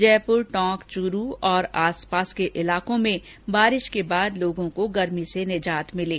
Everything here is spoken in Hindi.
जयपुर टोंक च्रूरू और आसपास के इलाकों में बारिश के बाद लोगों को गर्मी से निजात मिली